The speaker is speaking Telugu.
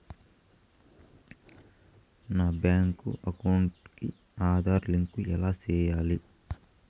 నా బ్యాంకు అకౌంట్ కి ఆధార్ లింకు ఎలా సేయాలి